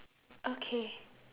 okay